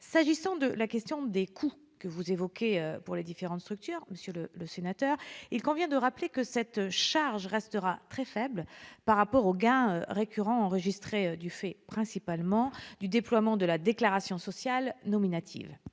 S'agissant de la question des coûts que vous évoquez pour les différentes structures, monsieur le sénateur, il convient de rappeler que cette charge restera très faible par rapport aux gains récurrents enregistrés du fait, principalement, du déploiement de la déclaration sociale nominative,